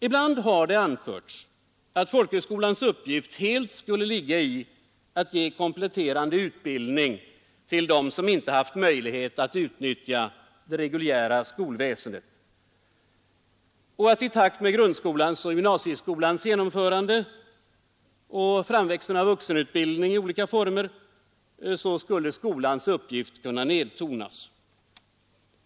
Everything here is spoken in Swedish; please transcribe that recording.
Ibland har det anförts, att folkhögskolans uppgift helt skulle ligga i att ge kompletterande utbildning till dem som inte haft möjlighet att utnyttja det reguljära skolväsendet. I takt med grundskolans och gymnasieskolans genomförande och framväxten av vuxenutbildning i olika former skulle folkhögskolans uppgift kunna nedtonas.